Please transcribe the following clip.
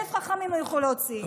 אלף חכמים לא יוכלו להוציא.